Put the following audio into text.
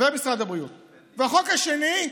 ומשרד הבריאות, ובחוק השני,